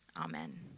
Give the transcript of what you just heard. Amen